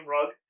Rug